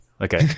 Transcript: okay